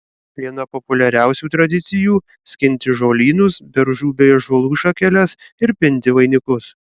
viena populiariausių tradicijų skinti žolynus beržų bei ąžuolų šakeles ir pinti vainikus